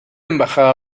embajada